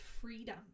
freedom